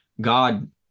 God